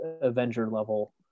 Avenger-level